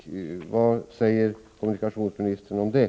Vad säger kommunikationsministern om det?